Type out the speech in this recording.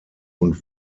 und